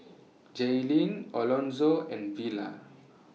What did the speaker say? Jaylene Alonzo and Vela